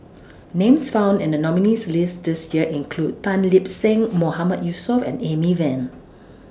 Names found in The nominees' list This Year include Tan Lip Seng Mahmood Yusof and Amy Van